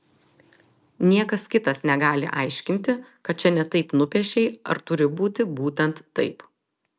niekas kitas negali aiškinti kad čia ne taip nupiešei ar turi būti būtent taip